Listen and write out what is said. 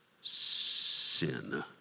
sin